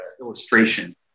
illustration